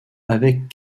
avec